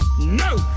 No